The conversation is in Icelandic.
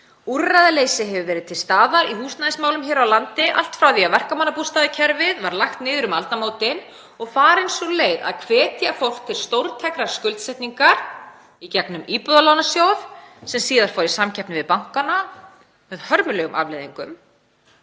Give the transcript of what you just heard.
Úrræðaleysi hefur verið til staðar í húsnæðismálum hér á landi allt frá því að verkamannabústaðakerfið var lagt niður um aldamótin, og farin sú leið að hvetja fólk til stórtækrar skuldsetningar í gegnum Íbúðalánasjóð — sem síðar fór í samkeppni við bankana með hörmulegum afleiðingum